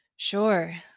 Sure